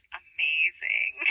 amazing